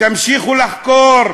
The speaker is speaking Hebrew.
תמשיכו לחקור,